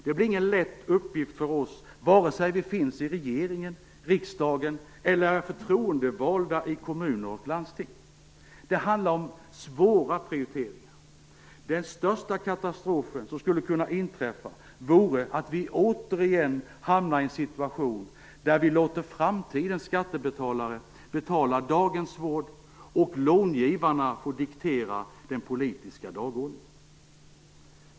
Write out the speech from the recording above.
Det blir ingen lätt uppgift för oss, vare sig vi finns i regeringen, riksdagen eller är förtroendevalda i kommuner och landsting. Det handlar om svåra prioriteringar. Den största katastrof som skulle kunna inträffa vore att vi återigen hamnade i en situation där vi låter framtidens skattebetalare betala dagens vård och långivarna diktera den politiska dagordningen.